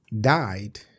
died